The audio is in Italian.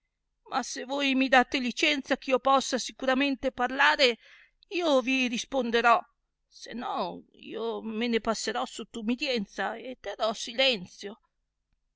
voi mi date licenza eh io possa sicuramente parlare io vi risponderò se non io me ne passerò sotto ubidienza e terrò silenzio